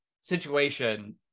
situation